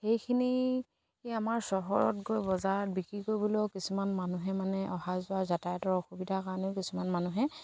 সেইখিনি কি আমাৰ চহৰত গৈ বজাৰত বিক্ৰী কৰিবলৈও কিছুমান মানুহে মানে অহা যোৱা যাতায়তৰ অসুবিধাৰ কাৰণেও কিছুমান মানুহে